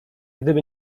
gdyby